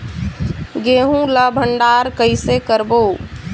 गेहूं ला भंडार कई से करबो?